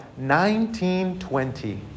1920